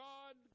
God